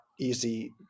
easy